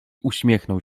uśmiechnął